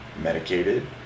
medicated